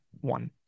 one